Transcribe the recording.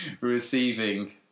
Receiving